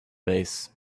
base